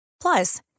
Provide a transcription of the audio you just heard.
Plus